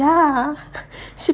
ya she